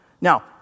Now